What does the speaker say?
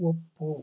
ಒಪ್ಪು